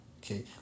Okay